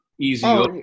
Easy